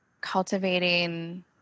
cultivating